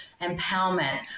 empowerment